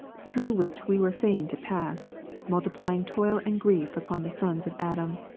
through which we were fain to pass multiply ing toil and grief upon the sons of adam.